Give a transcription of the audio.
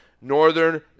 Northern